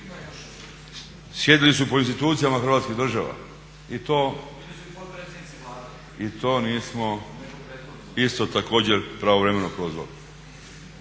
sjedili su po institucijama hrvatske države i to nismo isto također pravovremeno prozvali.